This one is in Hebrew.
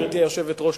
גברתי היושבת-ראש,